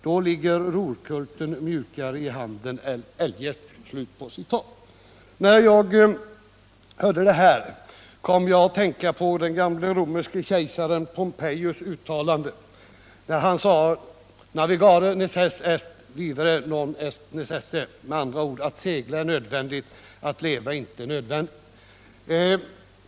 Då ligger rorkulten mjukare i handen än eljest.” När jag hörde detta kom jag att tänka på den gamle romerske kejsaren Pompejus” uttalande ”Navigare necesse est, vivere non est necesse” — med andra ord ”att segla är nödvändigt, att leva är icke nödvändigt”.